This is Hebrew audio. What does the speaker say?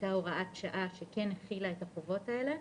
הייתה הוראת שעה שהחילה את החובות האלה.